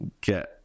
get